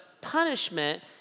punishment